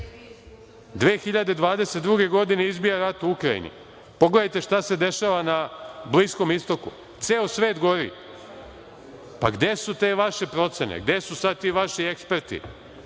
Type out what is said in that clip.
2022. godine izbija rat u Ukrajini, pogledajte šta se dešava na Bliskom istoku, ceo svet gori. Pa, gde su te vaše procene? Gde su sad ti vaši eksperti?